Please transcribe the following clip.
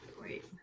wait